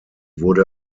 wurde